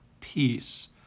peace